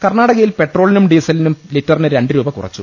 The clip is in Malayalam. കർണാടകയിൽ പെട്രോളിനും ഡീസലിനും ലിറ്ററിന് രണ്ടുരൂപ കുറച്ചു